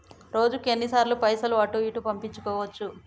రోజుకు ఎన్ని సార్లు పైసలు అటూ ఇటూ పంపించుకోవచ్చు?